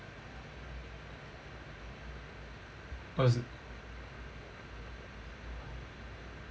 oh is it